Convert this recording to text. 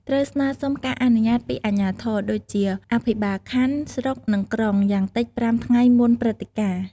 ត្រូវស្នើសុំការអនុញ្ញាតពីអាជ្ញាធរ ដូចជា អភិបាលខណ្ឌ ស្រុក និង ក្រុង យ៉ាងតិច ៥ថ្ងៃមុនព្រឹត្តិការណ៍។